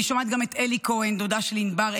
אני שומעת גם את אלי כהן, דודה של ענבר הימן,